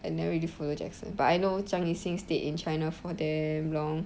I never really follow jackson but I know zhang yixing stayed in china for damn long